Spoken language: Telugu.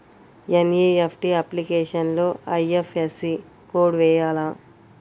ఎన్.ఈ.ఎఫ్.టీ అప్లికేషన్లో ఐ.ఎఫ్.ఎస్.సి కోడ్ వేయాలా?